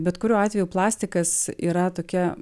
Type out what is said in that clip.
bet kuriuo atveju plastikas yra tokia